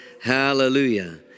hallelujah